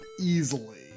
easily